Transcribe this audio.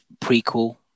prequel